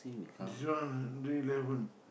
this one new driver